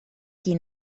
qui